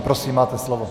Prosím, máte slovo.